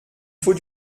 faut